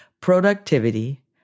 productivity